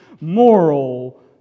moral